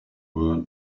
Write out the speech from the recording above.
were